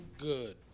good